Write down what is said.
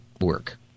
work